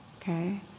okay